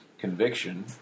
conviction